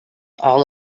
all